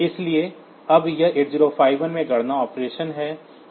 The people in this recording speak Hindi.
इसलिए अब यह 8051 में गणना ऑपरेशन है